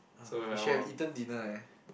!ah! we should have eaten dinner eh